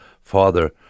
father